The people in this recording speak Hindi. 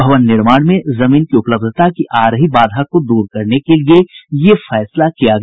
भवन निर्माण में जमीन की उपलब्धता की आ रही बाधा को दूर करने के लिए यह फैसला किया गया